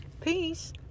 Peace